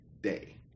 day